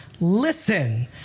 Listen